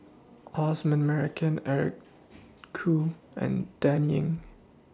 Osman Merican Eric Khoo and Dan Ying